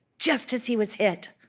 just as he was hit